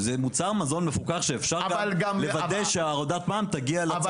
זה מוצר מזון שאפשר גם לוודא שהורדת המע"מ תגיע לציבור.